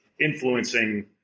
influencing